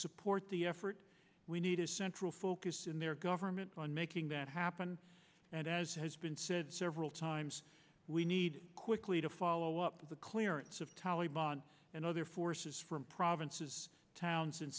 support the effort we need a central focus in their government on making that happen and as has been said several times we need quickly to follow up the clearance of tali bonds and other forces from provinces towns and